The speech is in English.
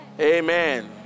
Amen